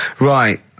Right